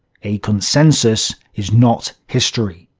a consensus is not history.